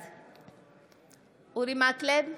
בעד אורי מקלב,